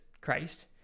Christ